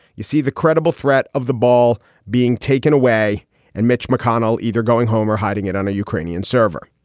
you see the credible threat of the ball being taken away and mitch mcconnell either going home or hiding it on a ukrainian server,